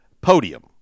podium